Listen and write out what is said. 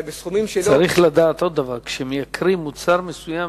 צריך לדעת עוד דבר: כשמייקרים מוצר מסוים,